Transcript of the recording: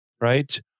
right